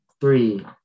three